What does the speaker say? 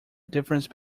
difference